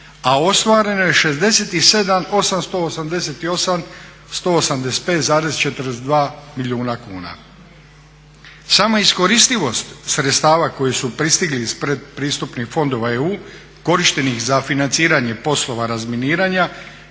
a ostvareno je 67888185,42 milijuna kuna. Sama iskoristivost sredstava koji su pristigli iz predpristupnih fondova EU korištenih za financiranje poslova razminiranja